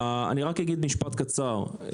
אני רק אגיד משפט קצר,